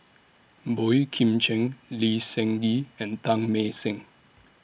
Boey Kim Cheng Lee Seng Gee and Teng Mah Seng